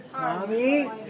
Mommy